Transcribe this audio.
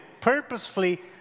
purposefully